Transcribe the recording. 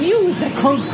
Musical